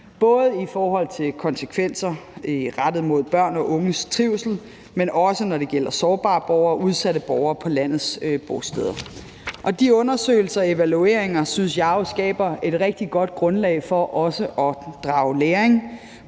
både i forhold til konsekvenser for børns og unges trivsel, men også i forhold til sårbare borgere og udsatte borgere på landets bosteder. De undersøgelser og evalueringer synes jeg jo skaber et rigtig godt grundlag for også at drage læring.